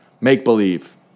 make-believe